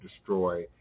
destroy